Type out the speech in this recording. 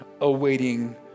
awaiting